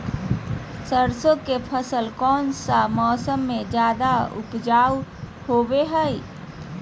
सरसों के फसल कौन मौसम में ज्यादा उपजाऊ होबो हय?